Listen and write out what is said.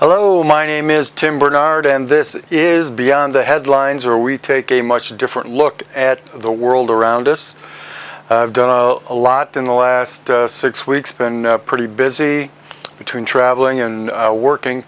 hello my name is tim bernard and this is beyond the headlines are we take a much different look at the world around us a lot in the last six weeks been pretty busy between traveling in working